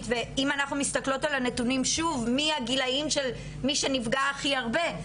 ואם אנחנו מסתכלות על הנתונים שוב מהגילאים של מי שנפגע הכי הרבה,